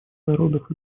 народов